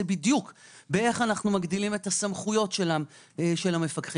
בדיוק איך מגדילים את סמכויות המפקחים?